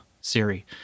siri